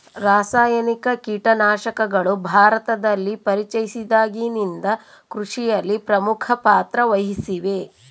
ರಾಸಾಯನಿಕ ಕೇಟನಾಶಕಗಳು ಭಾರತದಲ್ಲಿ ಪರಿಚಯಿಸಿದಾಗಿನಿಂದ ಕೃಷಿಯಲ್ಲಿ ಪ್ರಮುಖ ಪಾತ್ರ ವಹಿಸಿವೆ